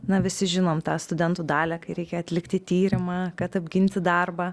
na visi žinom tą studentų dalią kai reikia atlikti tyrimą kad apginti darbą